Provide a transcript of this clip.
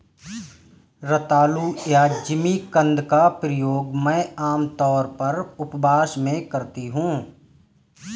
रतालू या जिमीकंद का प्रयोग मैं आमतौर पर उपवास में करती हूँ